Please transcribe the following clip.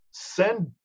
send